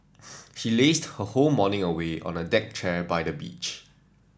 she lazed her whole morning away on a deck chair by the beach